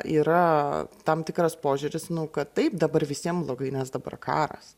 yra tam tikras požiūris nu kad taip dabar visiem blogai nes dabar karas